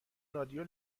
رادیو